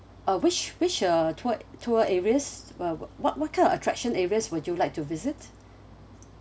uh which which uh tour tour areas uh what what kind of attraction areas would you like to visit